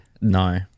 no